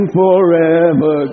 forever